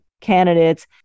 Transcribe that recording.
candidates